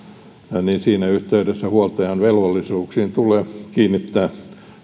niin siinä yhteydessä huoltajan velvollisuuksiin tulee kiinnittää